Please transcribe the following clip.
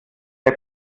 der